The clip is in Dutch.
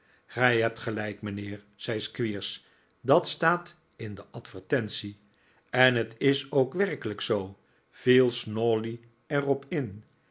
gij hebt gelijk mijnheer zei squeers dat staat in de advertentie en het is ook werkelijk zoo viel snawley er op in